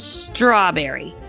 strawberry